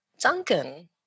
Duncan